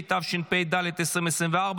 התשפ"ד 2024,